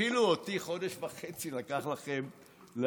אפילו אותי חודש וחצי לקח לכם להחליף.